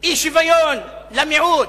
אי-שוויון למיעוט.